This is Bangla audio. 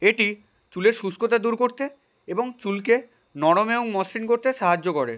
এটি চুলের শুষ্কতা দূর করতে এবং চুলকে নরম এবং মসৃণ করতে সাহায্য করে